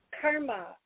Karma